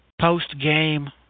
post-game